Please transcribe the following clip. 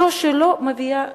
זו שלא מביאה